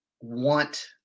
want